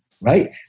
Right